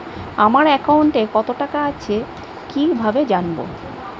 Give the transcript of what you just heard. আমার একাউন্টে টাকা কত আছে কি ভাবে জানবো?